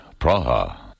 Praha